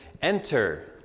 enter